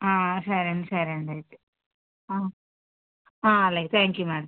సరే అండి సరే అండి ఆ అలాగే థ్యాంక్ యూ మేడం